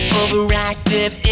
overactive